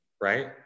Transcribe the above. Right